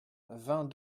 vingt